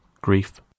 grief